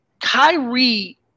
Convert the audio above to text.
Kyrie